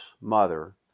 mother